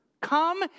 Come